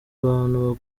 abantu